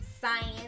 science